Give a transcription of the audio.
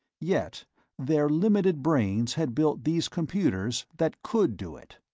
yet their limited brains had built these computers that could do it.